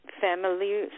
family